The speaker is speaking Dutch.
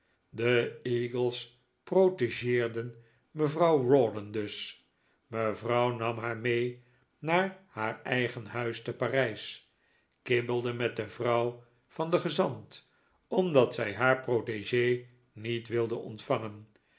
de eagles protegeerden mevrouw rawdon dus mevrouw nam haar mee naar haar eigen huis te parijs kibbelde met de vrouw van den gezant omdat zij haar protegee niet wilde ontvangen